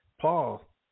Paul